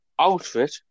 outfit